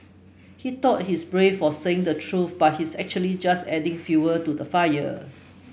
he thought he's brave for saying the truth but he's actually just adding fuel to the fire